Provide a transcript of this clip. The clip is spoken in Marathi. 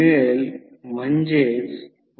तर हे प्रत्यक्षात V1 E1 आहे